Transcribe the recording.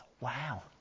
wow